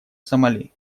сомали